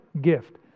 gift